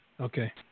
Okay